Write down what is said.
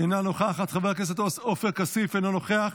אינה נוכחת, חבר הכנסת עופר כסיף, אינו נוכח,